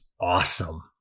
awesome